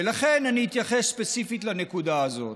לכן אני אתייחס ספציפית לנקודה הזאת.